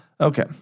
Okay